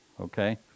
Okay